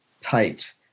tight